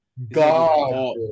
God